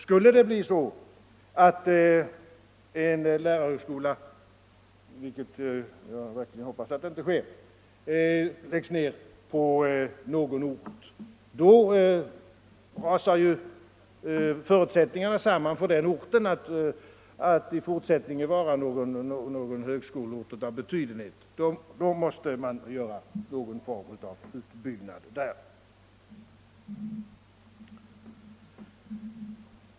Skulle det bli så att en lärarhögskola — vilket jag verkligen hoppas inte sker — läggs ned på någon ort, rasar ju förutsättningarna samman för den orten att i fortsättningen vara någon högskoleort av betydenhet. Då måste man göra någon form av utbyggnad där.